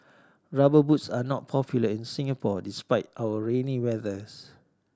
Rubber Boots are not popular in Singapore despite our rainy weathers